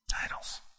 Titles